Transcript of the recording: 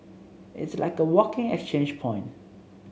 it's like a walking exchange point